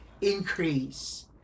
Increase